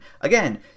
Again